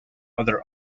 other